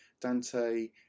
Dante